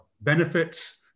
benefits